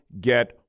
get